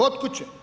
Od kuće.